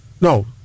No